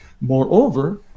moreover